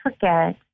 forget